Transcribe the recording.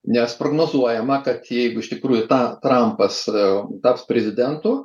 nes prognozuojama kad jeigu iš tikrųjų tą trampas taps prezidentu